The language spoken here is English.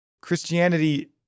Christianity